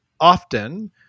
often